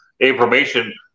information